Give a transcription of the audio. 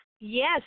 Yes